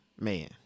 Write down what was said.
man